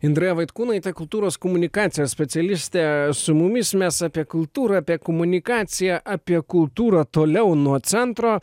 indraja vaitkūnaitė kultūros komunikacijos specialistė su mumis mes apie kultūrą apie komunikaciją apie kultūrą toliau nuo centro